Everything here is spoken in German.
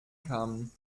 kamen